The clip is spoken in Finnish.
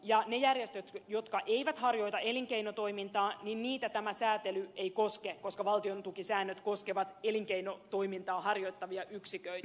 niitä järjestöjä jotka eivät harjoita elinkeinotoimintaa tämä säätely ei koske koska valtion tukisäännöt koskevat elinkeinotoimintaa harjoittavia yksiköitä